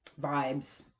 vibes